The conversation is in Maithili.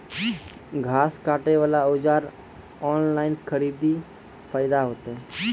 घास काटे बला औजार ऑनलाइन खरीदी फायदा होता?